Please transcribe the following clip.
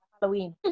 Halloween